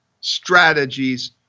strategies